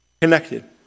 Connected